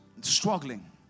struggling